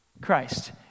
Christ